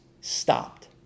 stopped